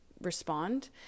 respond